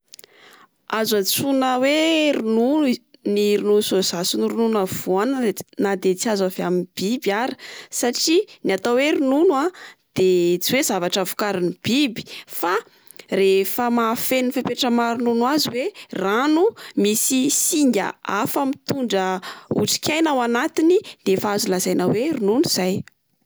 Azo antsoina hoe rono- ny ronono soja sy ny ronono avoanina nade tsy azo avy amin'ny biby ara, satria ny atao hoe ronono a de tsy oe zavatra vokarin'ny biby fa rehefa mahafeno fepetra maha ronono azy oe rano misy singa hafa mitondra otrik'aina ao anatiny de efa azo lazaina oe ronono izay.